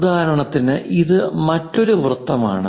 ഉദാഹരണത്തിന് ഇത് മറ്റൊരു വൃത്തം ആണ്